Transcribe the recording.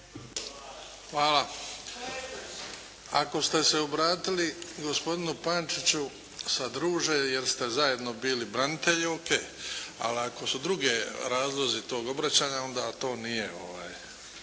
Hvala. Ako ste se obratili gospodinu Pančiću sa druže jer ste zajedno bili branitelji, O.k., ali ako su drugi razlozi tog obraćanja, onda to nije